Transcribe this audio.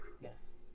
Yes